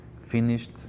finished